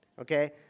okay